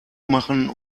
machen